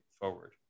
forward